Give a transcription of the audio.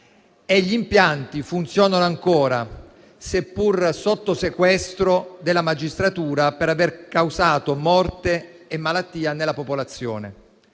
e gli impianti funzionano ancora, seppur sotto sequestro della magistratura per aver causato morte e malattia nella popolazione.